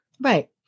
Right